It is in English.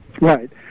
Right